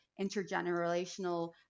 intergenerational